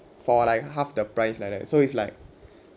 for like half the price like that so it's like